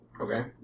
Okay